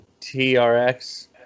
TRX